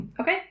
Okay